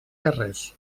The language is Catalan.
carrers